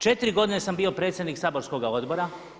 Četiri godine sam bio predsjednik saborskoga odbora.